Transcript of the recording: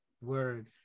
Word